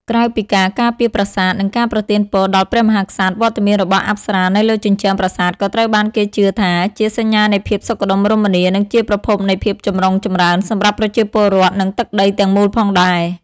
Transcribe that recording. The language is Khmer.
ក្រៅពីការការពារប្រាសាទ និងការប្រទានពរដល់ព្រះមហាក្សត្រ វត្តមានរបស់អប្សរានៅលើជញ្ជាំងប្រាសាទក៏ត្រូវបានគេជឿថាជា សញ្ញានៃភាពសុខដុមរមនា និងជាប្រភពនៃភាពចម្រុងចម្រើនសម្រាប់ប្រជាពលរដ្ឋ និងទឹកដីទាំងមូលផងដែរ។